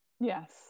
Yes